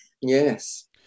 yes